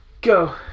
Go